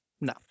No